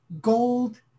gold